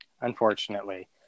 unfortunately